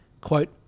quote